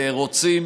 רוצים